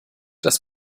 das